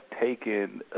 taken